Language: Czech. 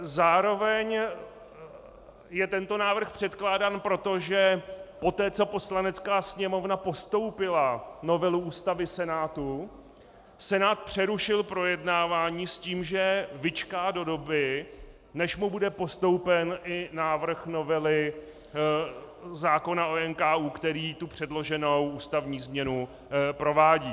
Zároveň je tento návrh předkládán proto, že poté, co Poslanecká sněmovna postoupila novelu Ústavy Senátu, Senát přerušil projednávání s tím, že vyčká do doby, než mu bude postoupen i návrh novely zákona o NKÚ, který tu předloženou ústavní změnu provádí.